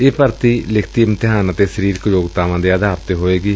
ਇਹ ਭਰਤੀ ਲਿਖਤੀ ਇਮਤਿਹਾਨ ਅਤੇ ਸਰੀਰਕ ਯੋਗਤਾਵਾਂ ਦੇ ਆਧਾਰ ਤੇ ਹੋਵੇਗੀ